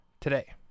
today